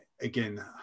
again